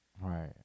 Right